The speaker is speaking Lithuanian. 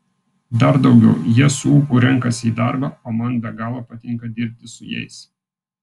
dar daugiau jie su ūpu renkasi į darbą o man be galo patinka dirbti su jais